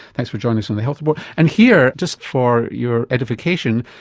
thanks for joining us on the health report. and here, just for your edification,